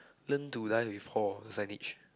learn to dive with Paul signage